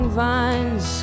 vines